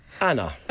Anna